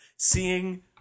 Seeing